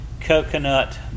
coconut